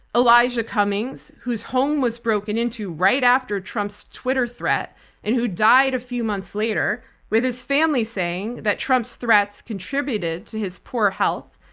elijah cummings whose home was broken into right after trump's twitter threat and who died a few months later with his family saying that trump's threats contributed to his poor health.